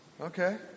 Okay